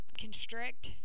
constrict